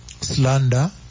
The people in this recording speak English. slander